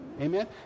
Amen